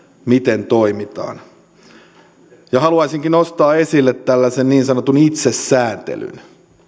miten toimitaan haluaisinkin nostaa esille tällaisen niin sanotun itsesäätelyn